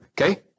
Okay